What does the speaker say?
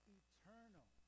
eternal